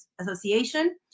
Association